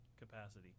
capacity